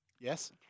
Yes